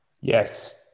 Yes